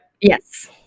Yes